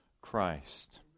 Christ